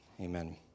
Amen